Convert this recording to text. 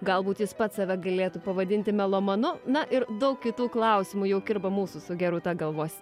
galbūt jis pats save galėtų pavadinti melomanu na ir daug kitų klausimų jau kirba mūsų su gerūta galvos